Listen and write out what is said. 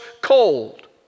cold